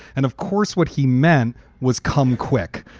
and of course, what he meant was come quick.